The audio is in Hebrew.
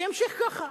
שימשיך ככה.